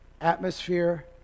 Atmosphere